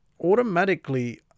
automatically